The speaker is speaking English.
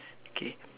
K